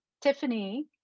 Tiffany